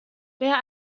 wer